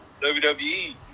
WWE